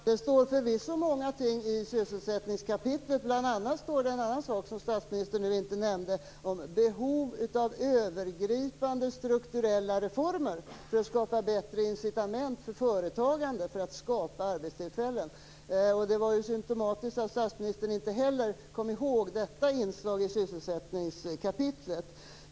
Fru talman! Det står förvisso många ting i sysselsättningskapitlet. Bl.a. står det en annan sak som statsministern nu inte nämnde något om, nämligen behov av övergripande strukturella reformer för att skapa bättre incitament för företagande för att skapa arbetstillfällen. Det var ju symtomatiskt att statsministern inte heller kom ihåg detta inslag i sysselsättningskapitlet.